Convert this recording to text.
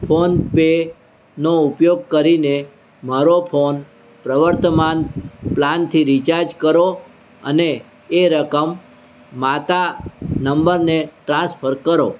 PhonePe નો ઉપયોગ કરીને મારો ફોન પ્રવર્તમાન પ્લાનથી રીચાર્જ કરો અને એ રકમ માતા નંબરને ટ્રાન્સફર કરો